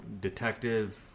detective